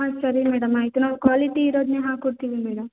ಹಾಂ ಸರಿ ಮೇಡಮ್ ಆಯಿತು ನಾವು ಕ್ವಾಲಿಟಿ ಇರೋದನ್ನೇ ಹಾಕ್ಕೊಡ್ತೀವಿ ಮೇಡಮ್